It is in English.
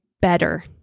better